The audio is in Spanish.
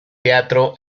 teatro